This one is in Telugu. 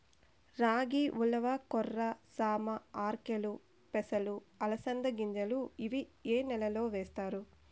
రాగి, ఉలవ, కొర్ర, సామ, ఆర్కెలు, పెసలు, అలసంద గింజలు ఇవి ఏ నెలలో వేస్తారు?